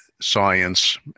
science